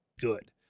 good